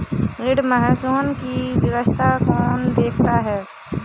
ऋण समूहन की व्यवस्था कौन देखता है?